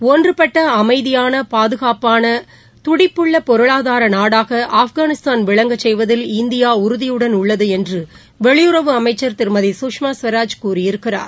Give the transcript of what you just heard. ஒன்றுபட்டஅமைதியான பாதுகாப்பான உள்ளடக்கியதுடிப்புள்ளபொருளாதாரநாடாகஆப்கானிஸ்தான் விளங்க செய்வதில் இந்தியாஉறுதியுடன் உள்ளதுஎன்றுவெளியுறவு அமைச்சா் திருமதி சுஷ்மா ஸ்வராஜ் கூறியிருக்கிறார்